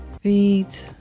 feet